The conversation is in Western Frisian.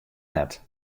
net